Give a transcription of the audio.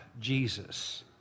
Jesus